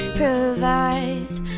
provide